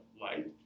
light